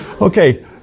Okay